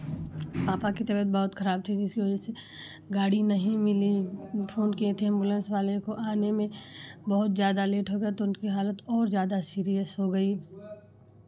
पापा की तबियत बहुत खराब थी जिसकी वजह से गाड़ी नहीं मिली फोन किये थे एम्बुलेंस वाले को आने में बहुत ज़्यादा लेट हो गया तो उनकी हालत और ज़्यादा सीरियस हो गई